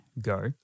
go